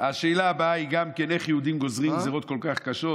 השאלה הבאה היא גם כן: איך יהודים גוזרים גזרות כל כך קשות?